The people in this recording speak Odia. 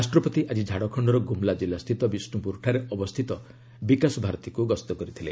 ରାଷ୍ଟ୍ରପତି ଆଜି ଝାଡ଼ଖଣର ଗୁମଲା ଜିଲ୍ଲା ସ୍ଥିତ ବିଷ୍ଣୁପୁର ଠାରେ ଅବସ୍ଥିତ ବିକାଶଭାରତୀକୁ ଗସ୍ତ କରିଥିଲେ